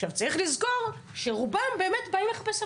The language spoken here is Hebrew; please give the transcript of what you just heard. עכשיו, צריך לזכור שרובם באמת באים לחפש עבודה,